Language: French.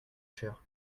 chère